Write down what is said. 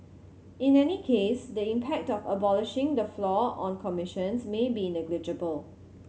in any case the impact of abolishing the floor on commissions may be negligible